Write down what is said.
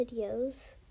videos